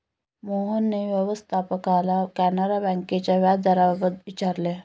मोहनने व्यवस्थापकाला कॅनरा बँकेच्या व्याजदराबाबत विचारले